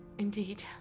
indeed.